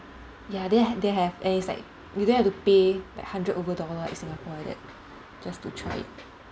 ya they have they have and is like you don't have to pay like hundred over dollar like singapore like that just to try it